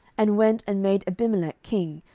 and went, and made abimelech king,